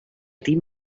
tinc